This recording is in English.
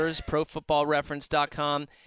profootballreference.com